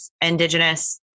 Indigenous